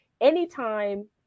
anytime